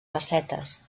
bassetes